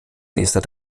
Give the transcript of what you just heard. nächstes